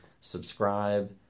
subscribe